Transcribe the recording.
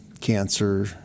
cancer